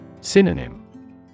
Synonym